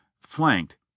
flanked